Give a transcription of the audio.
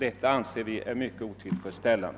Detta anser jag mycket otillfredsställande.